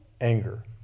Anger